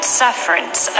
sufferance